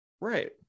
Right